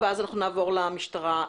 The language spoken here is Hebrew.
בבקשה.